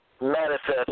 manifest